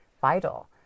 vital